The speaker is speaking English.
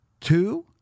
two